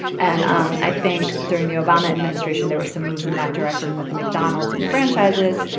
and um i think during the obama administration there were some moves in that direction with mcdonald's and franchises.